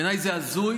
בעיניי זה הזוי.